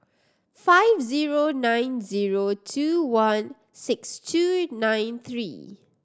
five zero nine zero two one six two nine three